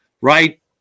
right